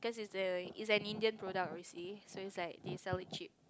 it's a it's an Indian product obviously so it's like they sell it cheap